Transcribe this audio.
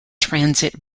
transit